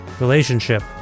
relationship